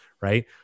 right